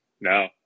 No